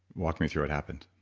walk me through what happened?